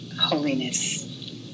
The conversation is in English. holiness